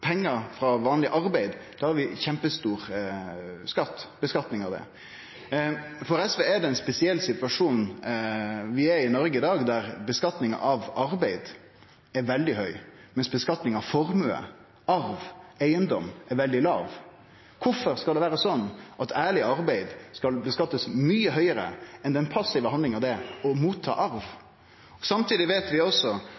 pengar frå vanleg arbeid, har vi kjempestor skattlegging. SV meiner det ein spesiell situasjon vi har i Noreg i dag, der skattlegging av arbeid er veldig høg, medan skattlegging av formue, arv og eigedom er veldig låg. Kvifor skal det vere slik at ærleg arbeid skal skattleggjast mykje høgare enn den passive handlinga det er å